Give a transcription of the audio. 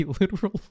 literal